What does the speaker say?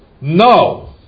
No